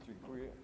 Dziękuję.